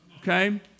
Okay